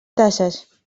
tasses